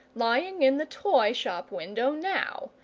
lying in the toy-shop window now.